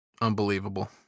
Unbelievable